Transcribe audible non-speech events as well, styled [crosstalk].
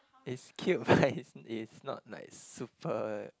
it's cute [laughs] but it's it's not like super